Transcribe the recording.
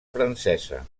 francesa